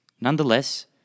Nonetheless